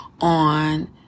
on